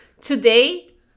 Today